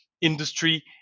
industry